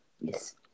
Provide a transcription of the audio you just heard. Yes